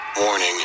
warning